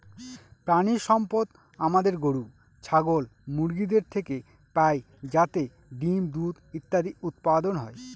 প্রানীসম্পদ আমাদের গরু, ছাগল, মুরগিদের থেকে পাই যাতে ডিম, দুধ ইত্যাদি উৎপাদন হয়